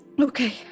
Okay